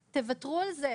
תוותרו על זה.